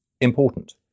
important